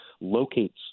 locates